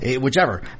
whichever